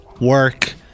work